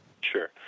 Sure